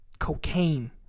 cocaine